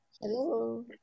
Hello